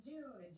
June